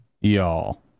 y'all